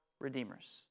redeemers